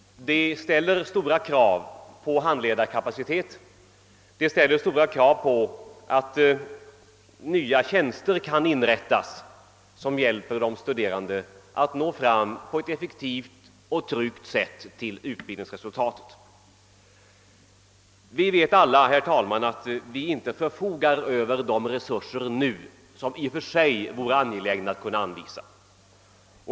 Den ställer stora krav på handledarkapacitet, och den ställer stora krav på inrättande av nya tjänster för att de studerande skall få hjälp att på ett effektivt och tryggt sätt nå fram till utbildningsmålet. Vi vet alla, herr talman, att vi inte nu förfogar över de resurser som det i och för sig vore angeläget att kunna anvisa.